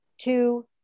two